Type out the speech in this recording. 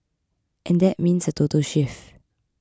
and that means a total shift